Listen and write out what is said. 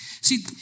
See